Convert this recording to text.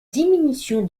diminution